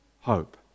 hope